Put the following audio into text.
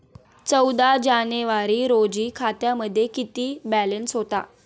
चौदा जानेवारी रोजी खात्यामध्ये किती बॅलन्स होता?